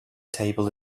table